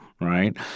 Right